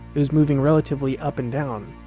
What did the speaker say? it was moving relatively up and down.